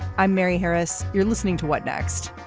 i'm mary harris. you're listening to what next.